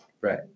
Right